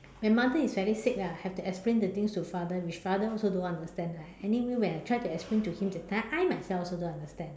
my mother is sadistic lah have to explain the things to father with father also don't understand !aiya! anyway when I try to explain to him that time I myself also don't understand